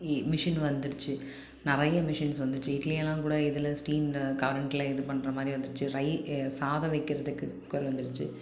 இ machine வந்துருச்சு நிறைய machines வந்துருச்சு இட்லியெல்லாம் கூட இதில் ஸ்ட்ரீம்ல கரண்ட்ல இது பண்ணுறமாரி வந்துருச்சு ரை சாதம் வைக்கிறதுக்கு குக்கர் வந்துருச்சு